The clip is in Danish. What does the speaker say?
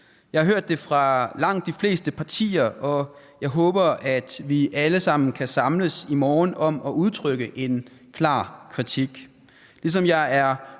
Jeg har hørt det fra langt de fleste partier, og jeg håber, at vi alle sammen kan samles i morgen om at udtrykke en klar kritik,